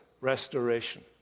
restoration